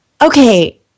okay